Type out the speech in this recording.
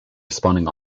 responding